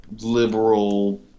liberal